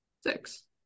six